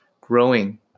growing